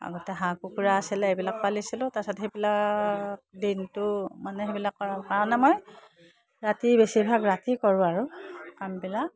আগতে হাঁহ কুকুৰা আছিলে এইবিলাক পালিছিলোঁ তাৰপাছত সেইবিলাক দিনটো মানে সেইবিলাক কৰাৰ কাৰণে মই ৰাতি বেছিভাগ ৰাতি কৰোঁ আৰু কামবিলাক